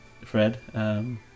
Fred